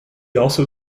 also